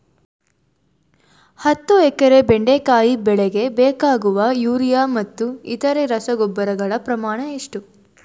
ಹತ್ತು ಎಕರೆ ಬೆಂಡೆಕಾಯಿ ಬೆಳೆಗೆ ಬೇಕಾಗುವ ಯೂರಿಯಾ ಮತ್ತು ಇತರೆ ರಸಗೊಬ್ಬರಗಳ ಪ್ರಮಾಣ ಎಷ್ಟು?